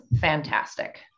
fantastic